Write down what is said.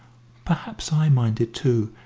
perhaps i minded too,